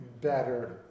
better